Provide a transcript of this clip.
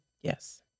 Yes